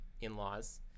in-laws